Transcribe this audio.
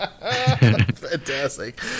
fantastic